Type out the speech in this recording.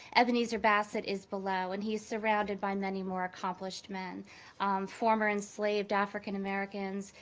ebenezer bassett is below, and he is surrounded by many more accomplished men former enslaved african americans,